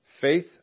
Faith